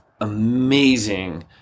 amazing